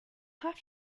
have